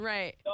Right